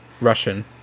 Russian